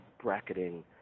bracketing